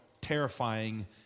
terrifying